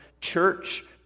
church